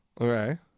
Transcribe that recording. Okay